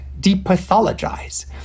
depathologize